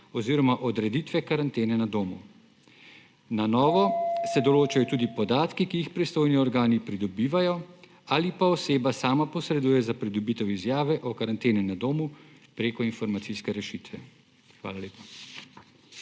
oziroma odreditve karantene na domu. Na novo se določajo tudi podatki, ki jih pristojni organi pridobivajo ali pa oseba sama posreduje za pridobitev izjave o karanteni na domu preko informacijske rešitve. Hvala lepa.